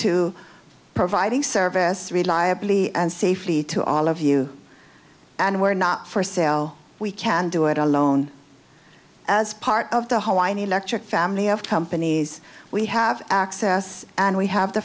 to providing service reliably and safely to all of you and we're not for sale we can do it alone as part of the hawaiian electric family of companies we have access and we have the